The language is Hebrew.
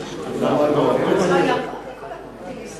זה כמו ליזול, למה הם אוהבים את זה?